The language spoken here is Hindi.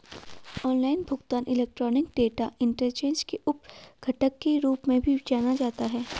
ऑनलाइन भुगतान इलेक्ट्रॉनिक डेटा इंटरचेंज के उप घटक के रूप में भी जाना जाता है